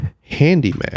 handyman